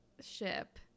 Ship